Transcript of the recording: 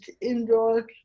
indoor